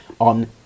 on